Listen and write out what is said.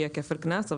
יהיה כפל קנס.